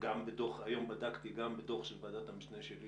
גם בדוח ועדת המשנה שלי